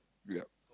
yup